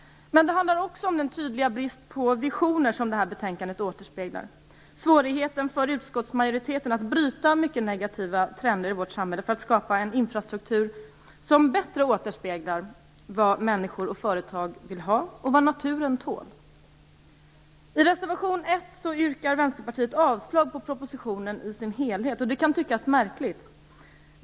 Men det handlar också om den tydliga brist på visioner som det här betänkandet ger uttryck för - svårigheten för utskottsmajoriteten att bryta mycket negativa trender i vårt samhälle för att skapa en infrastruktur som bättre återspeglar vad människor och företag vill ha och vad naturen tål. I reservation 1 yrkar Vänsterpartiet avslag på propositionen i dess helhet. Det kan tyckas märkligt.